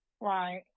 Right